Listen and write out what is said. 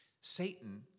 Satan